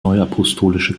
neuapostolische